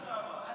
אתה היית שם.